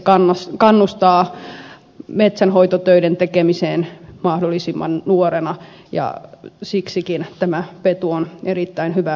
se kannustaa metsänhoitotöiden tekemiseen mahdollisimman nuorena ja siksikin petu on erittäin hyvä aikaansaannos